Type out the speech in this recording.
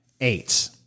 eight